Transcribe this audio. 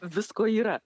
visko yra